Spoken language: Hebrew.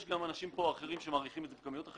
יש פה אנשים שמעריכים את זה אחרת.